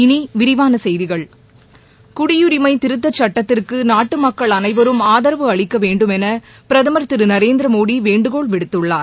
இனி விரிவான செய்திகள் குடியுரிமை திருத்தச் சுட்டத்திற்கு நாட்டு மக்கள் அளைவரும் ஆதரவு அளிக்க வேண்டுமௌ பிரதமா் திரு நரேந்திரமோடி வேண்டுகோள் விடுத்துள்ளார்